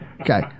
Okay